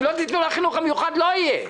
אם לא תיתנו לחינוך המיוחד, לא יהיה.